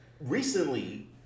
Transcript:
recently